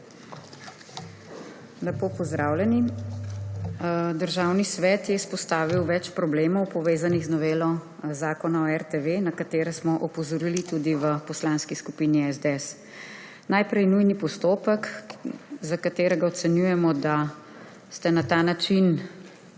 Državni svet je izpostavil več problemov, povezanih z novelo Zakona o RTV, na katero smo opozorili tudi v Poslanski skupini SDS. Najprej nujni postopek, za katerega ocenjujemo, da ste na ta način